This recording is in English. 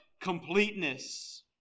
completeness